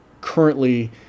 currently